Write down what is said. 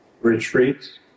retreats